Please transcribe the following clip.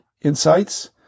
Insights